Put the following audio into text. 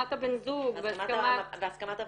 בהסכמת הבן זוג -- בהסכמת הוועדה.